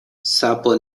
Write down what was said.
sapo